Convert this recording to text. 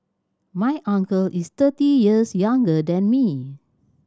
my uncle is thirty years younger than me